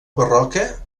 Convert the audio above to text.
barroca